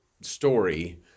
story